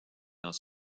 dans